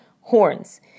horns